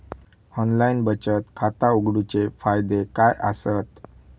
Online बचत खाता उघडूचे फायदे काय आसत?